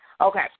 Okay